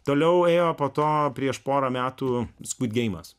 toliau ėjo po to prieš porą metų skvidgeimas